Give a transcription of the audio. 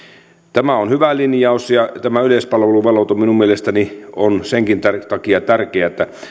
tämä on hyvä linjaus tämä yleispalveluvelvoite minun mielestäni on senkin takia tärkeää että